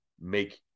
make